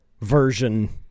version